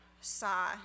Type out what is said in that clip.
saw